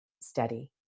steady